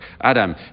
Adam